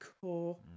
core